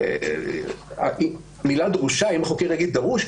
אם החוקר יגיד שזה דרוש?